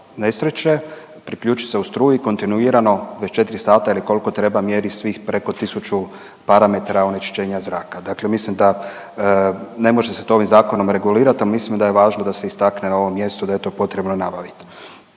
nesreće, priključi se u struju i kontinuirano 24h ili koliko treba mjeri svih preko 1000 parametra onečišćenja zraka. Dakle, mislim da ne može se to ovim zakonom regulirati, ali mislim da je važno da se istakne na ovom mjestu da je to potrebno nabaviti.